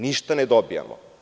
Ništa ne dobijamo.